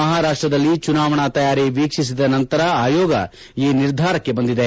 ಮಹಾರಾಷ್ಷದಲ್ಲಿ ಚುನಾವಣಾ ತಯಾರಿ ವೀಕ್ಷಿಸಿದ ನಂತರ ಆಯೋಗ ಈ ನಿರ್ಧಾರಕ್ಕೆ ಬಂದಿದೆ